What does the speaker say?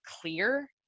clear